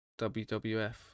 WWF